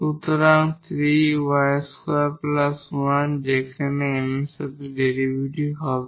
সুতরাং 3 𝑦 2 1 যেটি 𝑀 এর সাথে ডেরিভেটিভ হবে